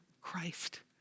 Christ